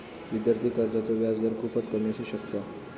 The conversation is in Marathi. विद्यार्थी कर्जाचो व्याजदर खूपच कमी असू शकता